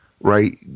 right